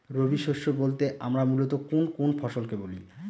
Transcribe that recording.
রবি শস্য বলতে আমরা মূলত কোন কোন ফসল কে বলি?